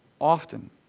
often